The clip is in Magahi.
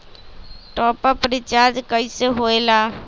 टाँप अप रिचार्ज कइसे होएला?